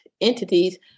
entities